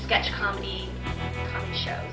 sketch comedy show